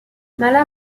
mala